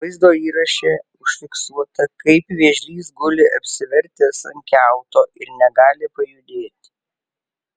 vaizdo įraše užfiksuota kaip vėžlys guli apsivertęs ant kiauto ir negali pajudėti